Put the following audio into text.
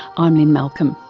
i'm lynne malcolm,